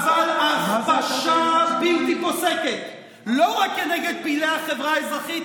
הכפשה בלתי פוסקת לא רק נגד פעילי החברה האזרחית,